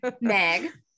Meg